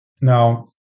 Now